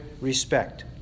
respect